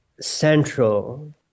central